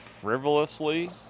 frivolously